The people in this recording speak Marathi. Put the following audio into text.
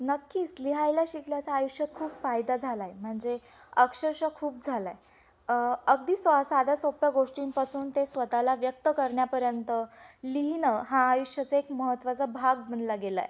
नक्कीच लिहायला शिकल्याचा आयुष्य खूप फायदा झाला आहे म्हणजे अक्षरशः खूप झाला आहे अगदी स् साध्या सोप्या गोष्टींपासून ते स्वतःला व्यक्त करण्यापर्यंत लिहिणं हा आयुष्याचा एक महत्त्वाचा भाग म्हटला गेला आहे